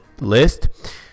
list